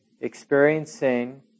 experiencing